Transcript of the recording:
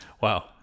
Wow